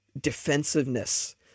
defensiveness